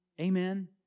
Amen